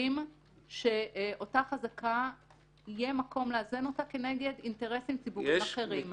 מקרים שאותה חזקה יהיה מקום לאזן כנגד אינטרסים ציבוריים אחרים.